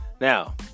Now